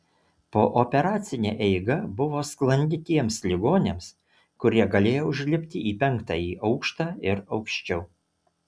pooperacinė eiga buvo sklandi tiems ligoniams kurie galėjo užlipti į penktąjį aukštą ir aukščiau